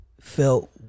Felt